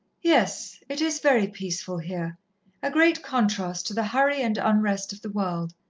yes, it is very peaceful here a great contrast to the hurry and unrest of the world.